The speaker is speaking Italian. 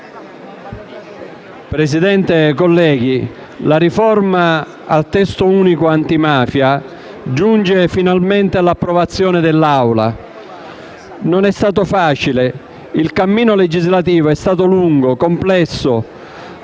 Presidente, colleghi, la riforma al testo unico antimafia giunge finalmente all'approvazione dell'Assemblea. Non è stato facile: il cammino legislativo è stato lungo, complesso,